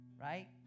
right